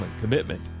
commitment